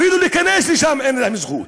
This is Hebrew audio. אפילו להיכנס לשם אין להם זכות.